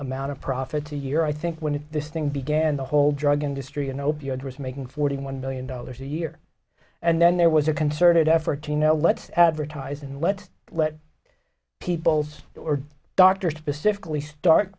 amount of profits a year i think when this thing began the whole drug industry an opiate was making forty one million dollars a year and then there was a concerted effort to know let's advertise and let's let people's doctors specifically start